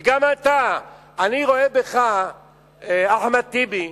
גם אתה, חבר הכנסת אחמד טיבי,